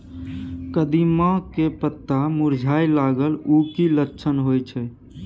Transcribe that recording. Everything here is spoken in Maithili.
कदिम्मा के पत्ता मुरझाय लागल उ कि लक्षण होय छै?